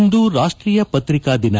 ಇಂದು ರಾಷ್ಟೀಯ ಪತ್ರಿಕಾ ದಿನ